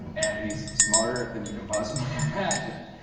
and he's smarter than you can possibly imagine!